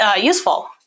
useful